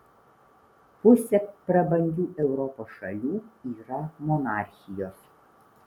pusė prabangių europos šalių yra monarchijos